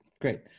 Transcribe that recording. Great